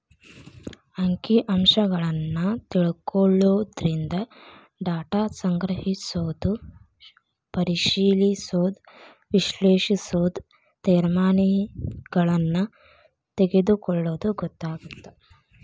ಅಂಕಿ ಅಂಶಗಳನ್ನ ತಿಳ್ಕೊಳ್ಳೊದರಿಂದ ಡಾಟಾ ಸಂಗ್ರಹಿಸೋದು ಪರಿಶಿಲಿಸೋದ ವಿಶ್ಲೇಷಿಸೋದು ತೇರ್ಮಾನಗಳನ್ನ ತೆಗೊಳ್ಳೋದು ಗೊತ್ತಾಗತ್ತ